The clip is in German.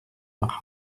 nach